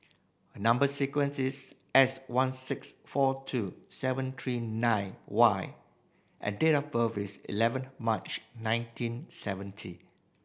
number sequence is S one six four two seven three nine Y and date of birth is eleven March nineteen seventy